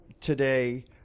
today